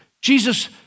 Jesus